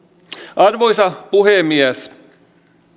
arvoisa puhemies